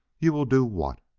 you will do what?